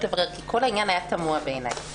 לברר כי כל העניין היה תמוה בעיניי.